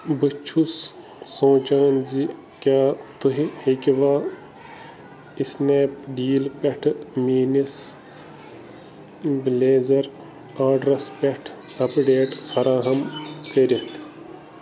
بہٕ چھُس سونٛچان زِ کیٛاہ تُہۍ ہیٚکوا اِسنیپ ڈیل پٮ۪ٹھٕ میٛٲنِس بٕلیزر آرڈرس پٮ۪ٹھ اَپڈیٹ فراہم کٔرِتھ